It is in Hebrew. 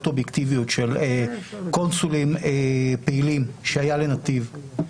אובייקטיביות של קונסולים פעילים שהיה לנתיב,